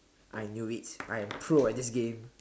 I knew it I am pro at this game